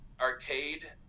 arcade